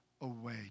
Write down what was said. away